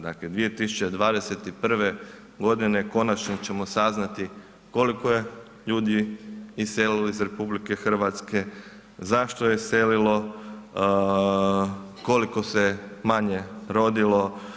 Dakle, 2021. godine konačno ćemo saznati koliko je ljudi iselilo iz RH, zašto je iselilo, koliko se manje rodilo.